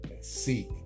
seek